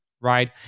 right